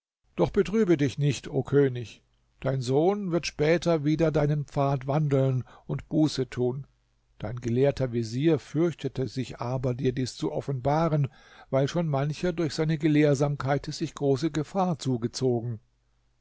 doch betrübe dich nicht o könig dein sohn wird später wieder deinen pfad wandeln und buße tun dein gelehrter vezier fürchtete sich aber dir dies zu offenbaren weil schon mancher durch seine gelehrsamkeit sich große gefahr zugezogen